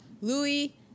Louis